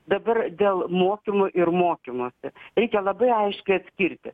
dabar dėl mokymų ir mokymosi reikia labai aiškiai atskirti